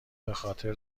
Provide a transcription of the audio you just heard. بخاطر